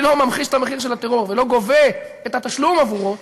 אם אני לא ממחיש את המחיר של הטרור ולא גובה את התשלום עבורו,